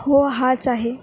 हो हाच आहे